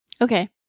Okay